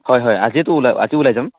হয় হয় আগেইতো ওলাই ৰাতিয়ে ওলাই যাম